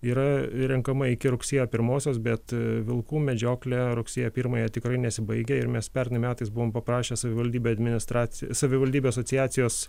yra renkama iki rugsėjo pirmosios bet vilkų medžioklė rugsėjo pirmąją tikrai nesibaigia ir mes pernai metais buvom paprašę savivaldybę administrac savivaldybių asociacijos